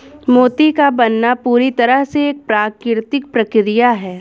मोती का बनना पूरी तरह से एक प्राकृतिक प्रकिया है